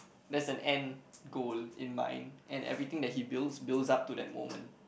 there's an end goal in mind and everything that he build builds up to that moment